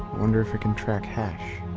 wonder if it can track hash.